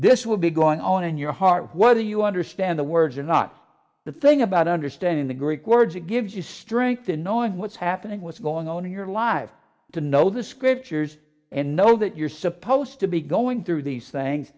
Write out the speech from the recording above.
this will be going on in your heart what do you understand the words are not the thing about understanding the greek words it gives you strength in knowing what's happening what's going on in your life to know the scriptures and know that you're supposed to be going through these things